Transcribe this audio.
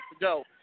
go